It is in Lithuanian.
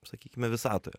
sakykime visatoje